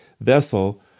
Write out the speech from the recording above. vessel